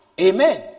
Amen